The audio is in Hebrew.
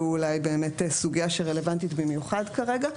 אולי באמת סוגיה שרלוונטית במיוחד כרגע.